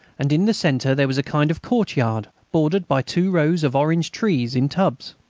and in the centre there was a kind of courtyard bordered by two rows of orange trees in tubs.